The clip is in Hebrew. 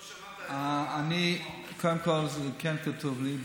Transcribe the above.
לא שמעת, קודם כול, זה כן כתוב לי.